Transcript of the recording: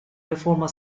реформа